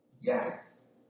Yes